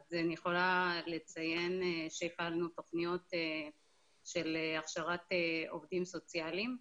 אז אני יכולה לציין שהפעלנו תוכניות של הכשרת עובדים סוציאליים,